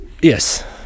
Yes